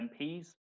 MPs